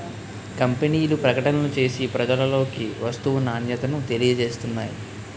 కంపెనీలు ప్రకటనలు చేసి ప్రజలలోకి వస్తువు నాణ్యతను తెలియజేస్తున్నాయి